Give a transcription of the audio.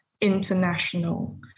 international